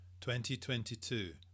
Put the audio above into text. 2022